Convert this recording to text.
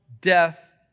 death